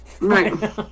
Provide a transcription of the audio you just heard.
Right